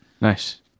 nice